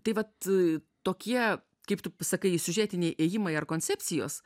tai vat tokie kaip tu sakai siužetiniai ėjimai ar koncepcijos